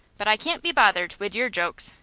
but i can't be bothered wid your jokes.